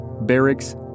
barracks